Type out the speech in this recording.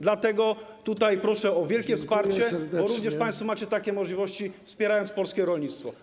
Dlatego proszę o wielkie wsparcie, bo również państwo macie takie możliwości, by wspierać polskie rolnictwo.